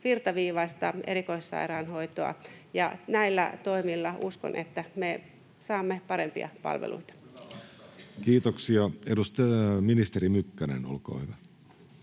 virtaviivaistaa erikoissairaanhoitoa, ja näillä toimilla uskon, että me saamme parempia palveluita. Kiitoksia. — Ministeri Mykkänen, olkaa hyvä.